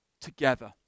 together